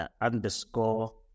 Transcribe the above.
underscore